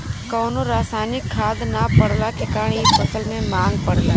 कवनो रासायनिक खाद ना पड़ला के कारण इ फसल के मांग बढ़ला